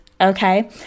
Okay